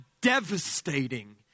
devastating